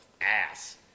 ass